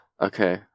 Okay